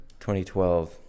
2012